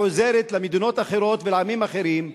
שעוזרת למדינות אחרות ועמים אחרים,